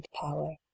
power